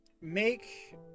Make